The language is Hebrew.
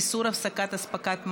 איסור הפסקת אספקת מים),